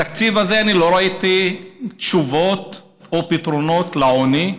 בתקציב הזה אני לא ראיתי תשובות או פתרונות לעוני,